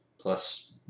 plus